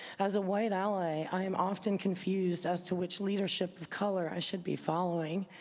as a white ally, i am often confused as to which leadership of color i should be following.